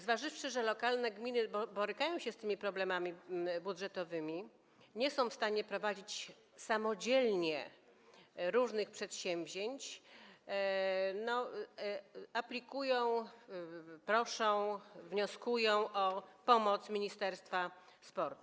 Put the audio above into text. Zważywszy, że lokalne gminy borykają się z problemami budżetowymi, nie są w stanie prowadzić samodzielnie różnych przedsięwzięć, aplikują, proszą, wnioskują o pomoc ministerstwa sportu.